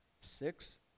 six